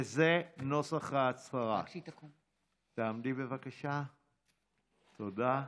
וזה נוסח ההצהרה, עמדי, בבקשה, תודה: